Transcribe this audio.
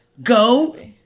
Go